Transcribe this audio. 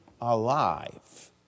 alive